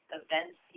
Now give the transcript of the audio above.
events